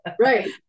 right